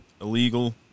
illegal